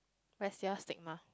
what's your stigma